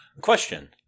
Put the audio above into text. Question